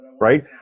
right